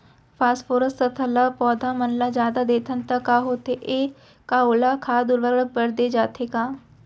Phosphorus तथा ल पौधा मन ल जादा देथन त का होथे हे, का ओला खाद उर्वरक बर दे जाथे का?